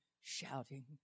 shouting